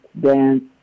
dance